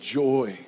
joy